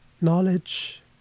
knowledge